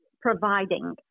providing